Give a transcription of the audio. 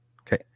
Okay